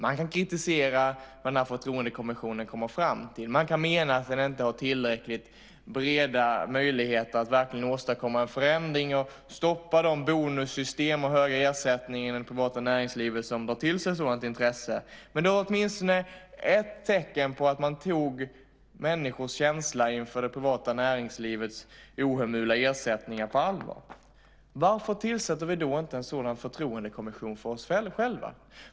Man kan kritisera vad den förtroendekommissionen kommer fram till. Man kan mena att den inte har tillräckligt breda möjligheter att verkligen åstadkomma en förändring och stoppa de bonussystem och höga ersättningar inom det privata näringslivet som drar till sig sådant intresse. Men det var åtminstone ett tecken på att man tog människors känsla inför det privata näringslivets ohemula ersättningar på allvar. Varför tillsätter vi då inte en sådan förtroendekommission för oss själva?